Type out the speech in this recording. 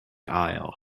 aisle